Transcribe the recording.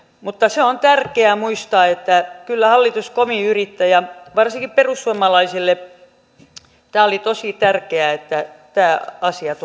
mutta se on tärkeää muistaa että kyllä hallitus kovin yrittää ja varsinkin perussuomalaisille oli tosi tärkeää että tämä asia